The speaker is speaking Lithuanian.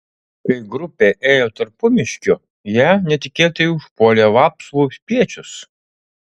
kai grupė ėjo tarpumiškiu ją netikėtai užpuolė vapsvų spiečius